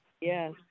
Yes